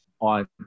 on